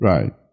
Right